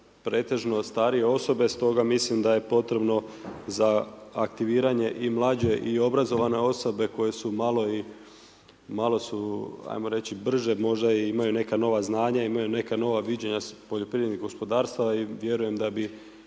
pretežno starije osobe stoga mislim da je potrebno za aktiviranje i mlađe i obrazovane osobe koje su malo, malo su ajmo reći brže i imaju neka nova znanja i imaju neka nova viđenja s poljoprivrednih gospodarstava i vjerujem da bi